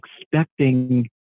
expecting